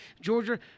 Georgia